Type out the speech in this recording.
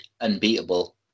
unbeatable